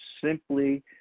simply